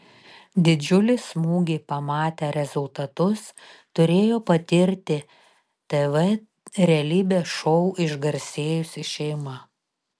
didžiulį smūgį pamatę rezultatus turėjo patirti tv realybės šou išgarsėjusi šeima